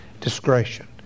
discretion